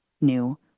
new